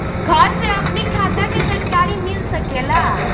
घर से अपनी खाता के जानकारी मिल सकेला?